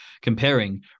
comparing